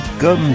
comme